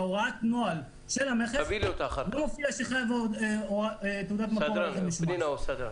בהוראת הנוהל של המכס לא מופיע שחייבים תעודת מקור לרכב משומש.